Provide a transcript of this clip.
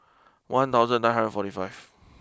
one thousand nine hundred forty five